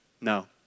No